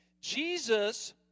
Jesus